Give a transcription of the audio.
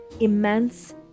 immense